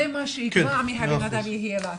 זה מה שיקבע מי הבנאדם יהיה בעתיד.